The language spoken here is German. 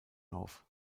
auf